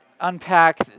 unpack